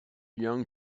young